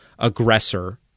Aggressor